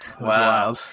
Wow